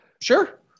Sure